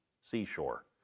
seashore